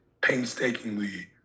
painstakingly